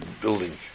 building